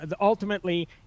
ultimately